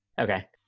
Okay